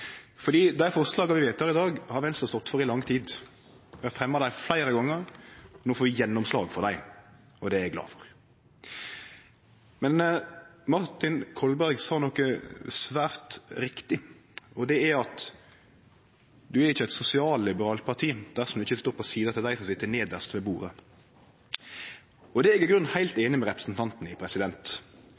dei forslaga vi vedtek i dag, har Venstre stått for i lang tid. Vi har fremja dei fleire gonger, no får vi gjennomslag for dei, og det er eg glad for. Men Martin Kolberg sa noko svært riktig, og det er at ein er ikkje eit sosialliberalt parti dersom ein ikkje står ved sida av dei som sit nedst ved bordet. Det er eg i grunnen heilt einig med representanten i.